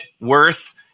worth –